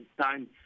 time